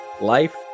life